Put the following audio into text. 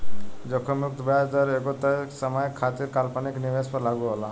जोखिम मुक्त ब्याज दर एगो तय समय खातिर काल्पनिक निवेश पर लागू होला